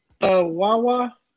Wawa